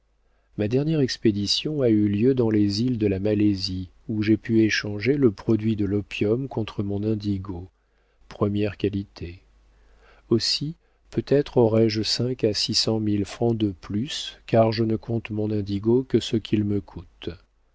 ma dernière expédition a eu lieu dans les îles de la malaisie où j'ai pu échanger le produit de l'opium contre mon indigo première qualité aussi peut-être aurai-je cinq à six cent mille francs de plus car je ne compte mon indigo que ce qu'il me coûte